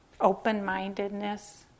open-mindedness